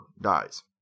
dies